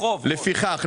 לפיכך,